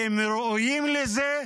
והם ראויים לזה.